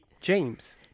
james